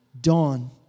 Dawn